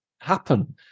happen